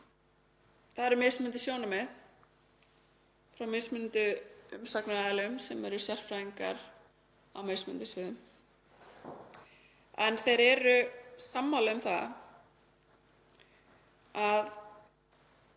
Það eru mismunandi sjónarmið frá mismunandi umsagnaraðilum sem eru sérfræðingar á mismunandi sviðum, en þeir eru sammála um það að